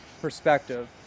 perspective